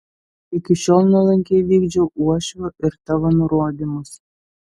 iki šiol nuolankiai vykdžiau uošvio ir tavo nurodymus